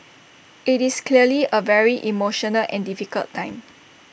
IT is clearly A very emotional and difficult time